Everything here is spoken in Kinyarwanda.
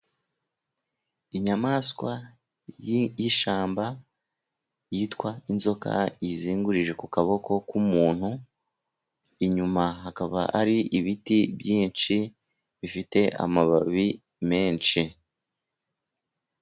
Inyamaswa y'ishyamba yitwa inzoka izingurije ku kaboko k'umuntu, inyuma hakaba ari ibiti byinshi bifite amababi menshi.